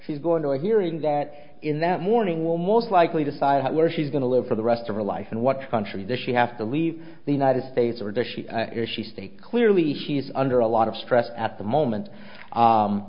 she's going to a hearing that in that morning will most likely decide where she's going to live for the rest of her life and what country does she have to leave the united states or addition she stay clearly she is under a lot of stress at the moment